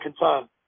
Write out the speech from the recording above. concern